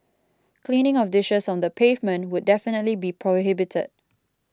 cleaning of dishes on the pavement would definitely be prohibited